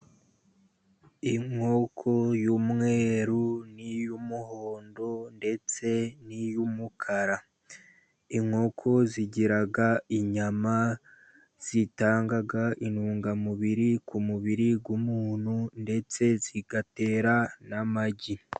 Inkoko y'umweruru, n'iy'umuhondo, ndetse n'iy'umukara. Inkoko zigira inyama zitanga intungamubiri ku mubiri w'umuntu, ndetse zigatera n'amagi.